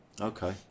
okay